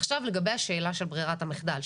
עכשיו לגבי השאלה של ברירת המחדל,